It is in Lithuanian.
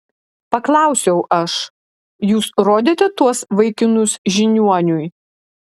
paklausiau aš jūs rodėte tuos vaikinus žiniuoniui